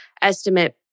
estimate